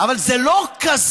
אבל זה לא כזה,